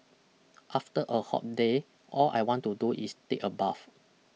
after a hot day all I want to do is take a bath